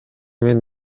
мен